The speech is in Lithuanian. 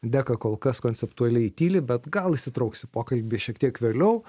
deka kol kas konceptualiai tyli bet gal įsitrauks į pokalbį šiek tiek vėliau